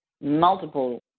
multiple